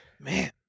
Man